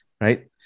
right